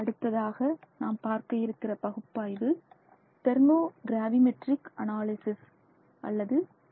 அடுத்ததாக நாம் பார்க்க இருக்கிற பகுப்பாய்வு தெர்மோ கிராவிமெட்ரிக் அனாலிசிஸ் அல்லது டி